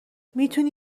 میتونی